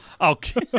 Okay